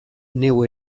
neu